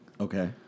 Okay